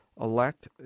elect